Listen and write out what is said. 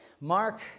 Mark